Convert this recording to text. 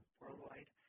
worldwide